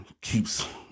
keeps